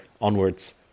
onwards